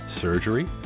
surgery